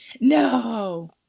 No